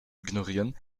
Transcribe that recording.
ignorieren